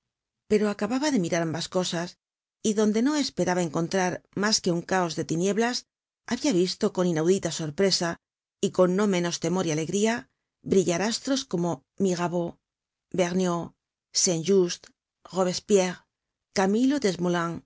pero acababa de mirar ambas cosas y donde no esperaba encontrar mas que un caos de tinieblas habia visto con inaudita sorpresa y con no menos temor y alegría brillar astros como mirabeau vergniaud saint just robespierre camilo